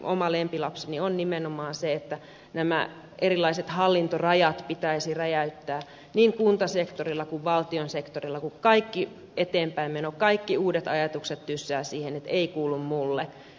oma lempilapseni on nimenomaan se että nämä erilaiset hallintorajat pitäisi räjäyttää niin kuntasektorilla kuin valtiosektorilla kun kaikki eteenpäinmeno kaikki uudet ajatukset tyssäävät siihen että ei kuulu minulle